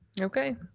okay